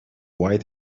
white